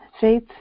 Faith